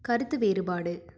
கருத்து வேறுபாடு